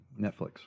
Netflix